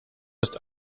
ist